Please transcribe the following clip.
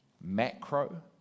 macro